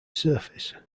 surface